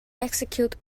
execute